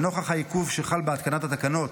לנוכח העיכוב שחל בהתקנת התקנות,